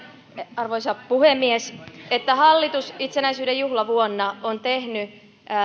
arvoisa puhemies että hallitus itsenäisyyden juhlavuonna on tehnyt